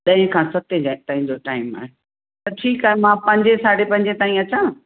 चई खां सते जा तव्हांजो टाइम आहे त ठीकु आहे मां पंजे साढे पंजे ताईं अचां